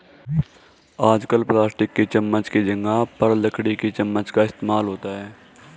आजकल प्लास्टिक की चमच्च की जगह पर लकड़ी की चमच्च का इस्तेमाल होता है